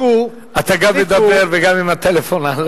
אתה גם מדבר וגם עם הטלפון.